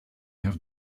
have